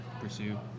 pursue